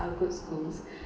are good schools